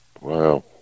Wow